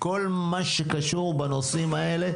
כל מה שקשור בנושאים האלה,